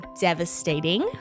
devastating